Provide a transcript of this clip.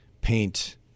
paint